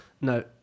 No